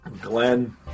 Glenn